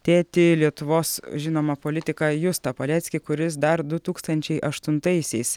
tėtį lietuvos žinomą politiką justą paleckį kuris dar du tūkstančiai aštuntaisiais